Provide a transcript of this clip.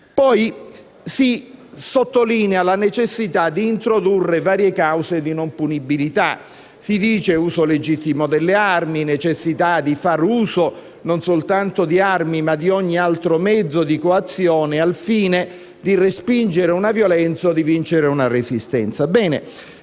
Si sottolinea poi la necessità di introdurre varie cause di non punibilità: si dice «uso legittimo delle armi», necessità di fare uso non soltanto di armi, ma di ogni altro mezzo di coazione al fine di respingere una violenza o di vincere una resistenza.